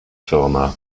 firma